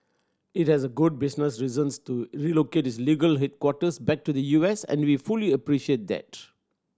it has good business reasons to relocate its legal headquarters back to the U S and we fully appreciate that